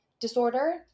disorder